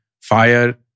fire